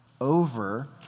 over